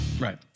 Right